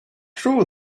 true